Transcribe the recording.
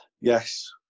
Yes